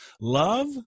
Love